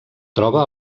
troba